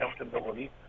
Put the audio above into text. accountability